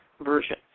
version